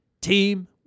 Team